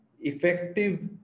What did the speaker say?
effective